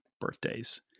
birthdays